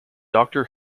doctor